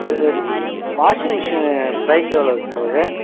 washing machine price எவ்வளவு sir வருது